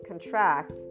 contract